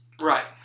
Right